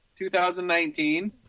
2019